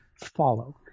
follow